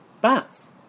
bats